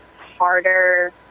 harder